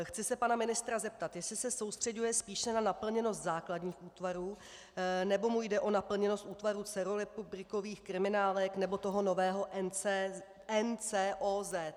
Chci se pana ministra zeptat, jestli se soustřeďuje spíše na naplněnost základních útvarů, nebo mu jde o naplněnost útvarů celorepublikových kriminálek nebo toho nového NCOZ.